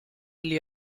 gli